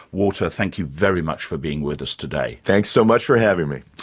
walter thank you very much for being with us today. thanks so much for having me.